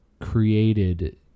created